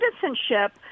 citizenship